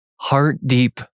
Heart-Deep